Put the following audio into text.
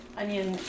onion